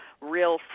real